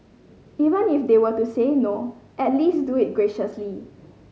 even if they were to say no at least do it graciously